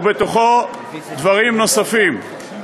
ובתוכו דברים נוספים.